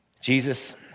Jesus